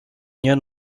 unió